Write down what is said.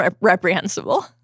Reprehensible